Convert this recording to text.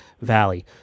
Valley